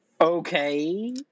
Okay